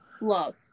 love